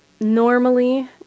Normally